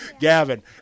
Gavin